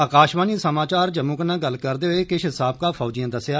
आकाशवाणी समाचार जम्मू कन्नै गल्ल करदे होई किश साबका फौजिएं दस्सेआ